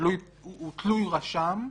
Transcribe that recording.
תלוי רשם,